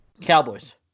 Cowboys